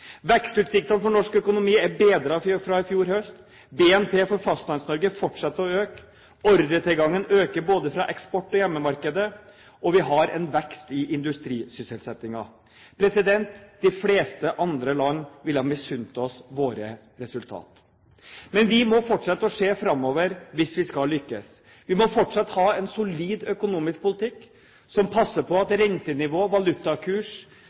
Vekstutsiktene for norsk økonomi er bedret fra i fjor høst. BNP for Fastlands-Norge fortsetter å øke, ordretilgangen øker både for eksport- og hjemmemarkedet, og vi har en vekst i industrisysselsettingen. De fleste andre land ville ha misunt oss våre resultater. Men vi må fortsette å se framover hvis vi skal lykkes. Vi må fortsatt ha en solid økonomisk politikk som passer på at rentenivå, valutakurs